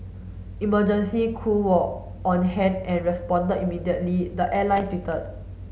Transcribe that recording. emergency crew were on hand and responded immediately the airline tweeted